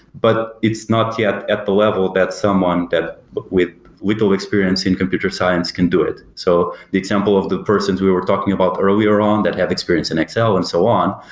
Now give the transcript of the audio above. but it's not yet at the level that someone but with little experience in computer science can do it. so the example of the persons we were talking about earlier on that have experience in excel and so on,